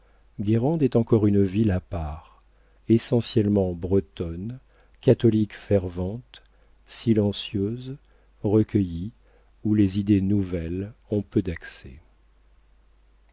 est encore une ville à part essentiellement bretonne catholique fervente silencieuse recueillie où les idées nouvelles ont peu d'accès